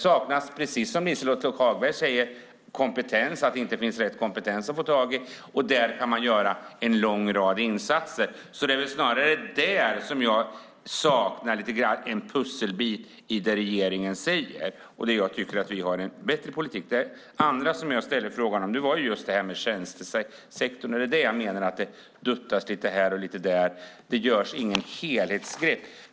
Som Liselott Hagberg sade kanske man inte kan få tag i rätt kompetens. Där kan man göra en lång rad insatser. Där saknar jag en pusselbit i det som regeringen säger. Jag tycker att vi har en bättre politik på det området. Jag frågade om tjänstesektorn. Där menar jag att det duttas lite här och lite där. Det tas inget helhetsgrepp.